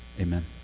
Amen